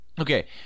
okay